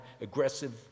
aggressive